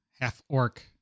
half-orc